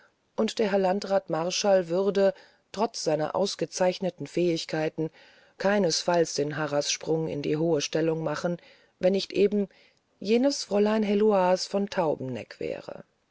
und der herr landrat marschall würde trotz seiner wirklich ausgezeichneten fähigkeiten keinesfalls den harrassprung in die hohe stellung machen wenn nicht eben jenes fräulein heloise von taubeneck wäre